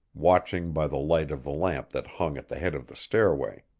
watching by the light of the lamp that hung at the head of the stairway.